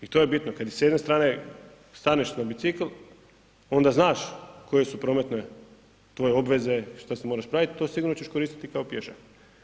I to je bitno, kad s jedne strane staneš na bicikl, onda znaš koje su prometne tvoje obveze, što se moraš praviti, to sigurno ćeš koristiti i kao pješak.